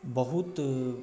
बहुत